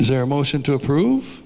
is there a motion to approve